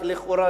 לכאורה,